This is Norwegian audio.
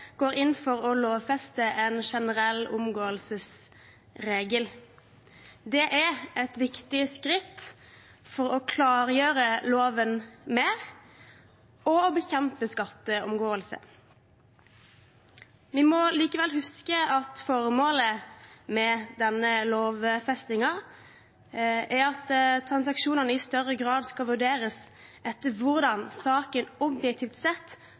går inn for å lovfeste en generell omgåelsesregel. Det er et viktig skritt for å klargjøre loven mer og bekjempe skatteomgåelse. Vi må likevel huske at formålet med denne lovfestingen er at transaksjonene i større grad skal vurderes etter hvordan saken objektivt sett